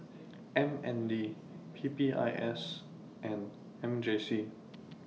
M N D P P I S and M J C